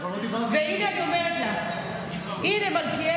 הינה, אני אומרת לך.